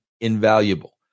invaluable